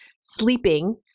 sleeping